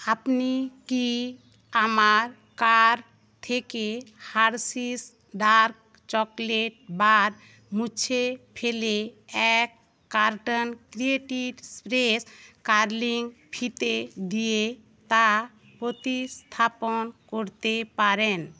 আপনি কি আমার কার্ট থেকে হার্শিস ডার্ক চকোলেট বার মুছে ফেলে এক কার্টন ক্রিয়েটিভ স্পেস কার্লিং ফিতে দিয়ে তা প্রতিস্থাপন করতে পারেন